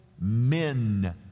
men